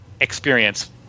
experience